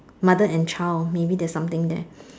mother and child maybe there's something there